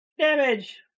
Damage